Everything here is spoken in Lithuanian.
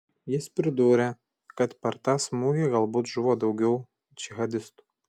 jis pridūrė kad per tą smūgį galbūt žuvo daugiau džihadistų